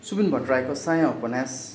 सुबिन भट्टराईको साया उपन्यास